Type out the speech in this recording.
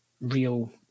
real